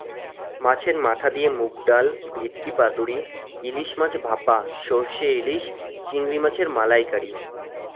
মাছের মাথা দিয়ে মুগ ডাল ভেটকি পাতুরি ইলিশ মাছ ভাপা সরষে ইলিশ চিংড়ি মাছের মালাইকারি